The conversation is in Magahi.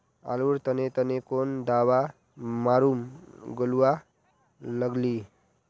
आलूर तने तने कौन दावा मारूम गालुवा लगली?